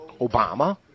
Obama